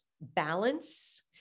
balance